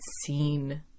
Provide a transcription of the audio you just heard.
seen